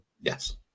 Yes